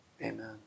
Amen